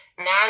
Now